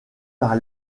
par